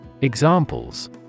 Examples